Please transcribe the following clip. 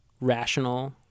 rational